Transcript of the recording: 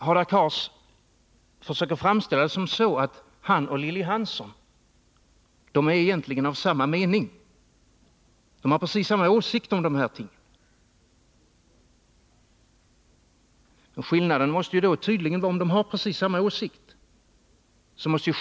Hadar Cars försöker framställa det så att han och Lilly Hansson egentligen 133 är av samma mening. De har precis samma åsikter om dessa ting.